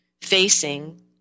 facing